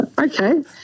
Okay